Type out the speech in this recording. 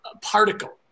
particle